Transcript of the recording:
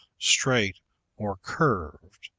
straight or curved,